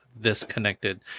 disconnected